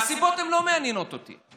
הסיבות לא מעניינות אותי.